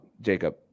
jacob